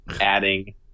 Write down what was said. adding